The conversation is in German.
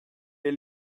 wir